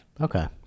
Okay